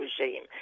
regime